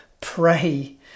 pray